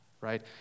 right